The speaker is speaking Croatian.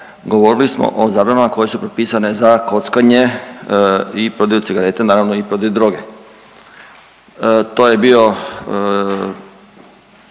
govorili o zabranama koje su propisane za kockanje i prodaju cigareta, naravno i prodaju doge. To je bila